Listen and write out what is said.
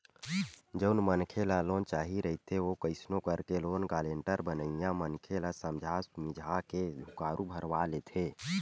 जउन मनखे ल लोन चाही रहिथे ओ कइसनो करके लोन गारेंटर बनइया मनखे ल समझा सुमझी के हुँकारू भरवा लेथे